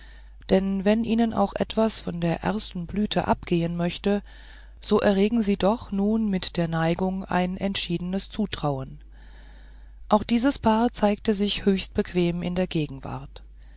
denn wenn ihnen auch etwas von der ersten blüte abgehn möchte so erregen sie doch nun mit der neigung ein entschiedenes zutrauen auch dieses paar zeigte sich höchst bequem in der gegenwart